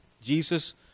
Jesus